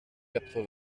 quatre